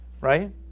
right